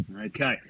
Okay